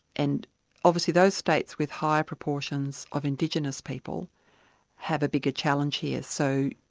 and obviously those states with higher proportions of indigenous people have a bigger challenge here. so,